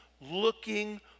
looking